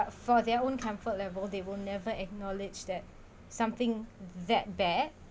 for their own comfort level they will never acknowledged that something that bad